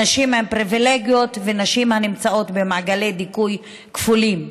נשים עם פריבילגיות ונשים הנמצאות במעגלי דיכוי כפולים,